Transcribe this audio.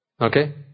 Okay